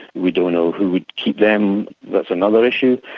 we don't know who would keep them that's another issue.